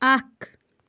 اکھ